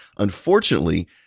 Unfortunately